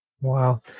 Wow